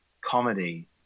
comedy